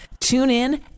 TuneIn